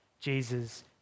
Jesus